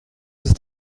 ist